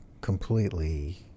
completely